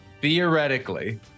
theoretically